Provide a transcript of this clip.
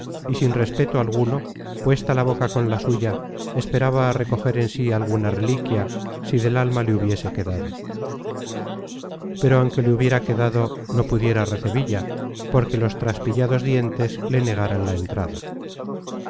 y sin respeto alguno puesta la boca con la suya esperaba a recoger en sí alguna reliquia si del alma le hubiese quedado pero aunque le hubiera quedado no pudiera recebilla porque los traspillados dientes le negaran la entrada